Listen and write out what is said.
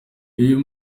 iyo